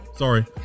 Sorry